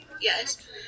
Yes